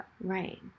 Right